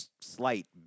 slight